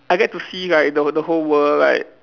I get to see like the the whole world like